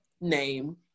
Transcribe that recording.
Name